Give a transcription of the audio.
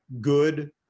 good